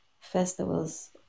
festivals